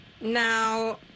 Now